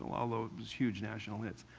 ah although it was huge national hits.